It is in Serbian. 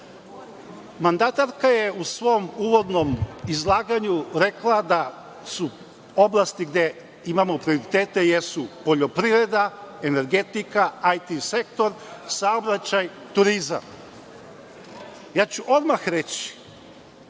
Mandatarka je u svom uvodnom izlaganju rekla da oblasti gde imamo kvalitete jesu poljoprivreda, energetika, IT sektor, saobraćaj, turizam. Odmah ću